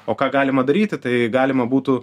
o ką galima daryti tai galima būtų